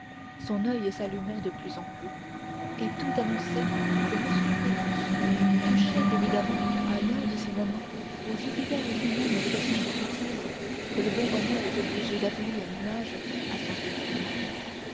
son oeil s'allumait de plus en plus et tout annonçait que monsieur phoebus touchait évidemment à l'un de ces moments où jupiter lui-même fait tant de sottises que le bon homère est obligé d'appeler un nuage à son secours